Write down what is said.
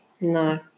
no